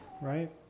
right